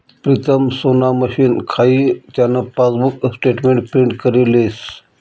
प्रीतम सोना मशीन खाई त्यान पासबुक स्टेटमेंट प्रिंट करी लेस